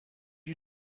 you